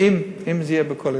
אם זה יהיה בקואליציה.